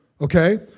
Okay